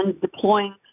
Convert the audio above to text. deploying